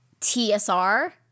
TSR